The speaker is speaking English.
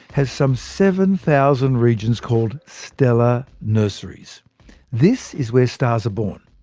has some seven thousand regions called stellar nurseries this is where stars are born.